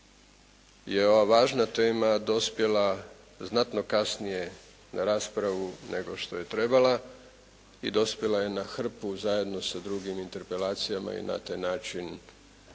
je ova važna tema dospjela znatno kasnije na raspravu nego što je trebala i dospjela je na hrpu zajedno sa drugim interpelacijama i na taj način